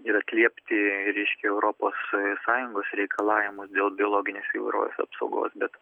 ir atliepti reiškia europos sąjungos reikalavimus dėl biologinės įvairovės apsaugos bet